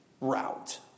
route